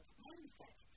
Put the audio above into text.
mindset